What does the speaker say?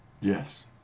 Yes